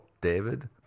David